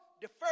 Deferred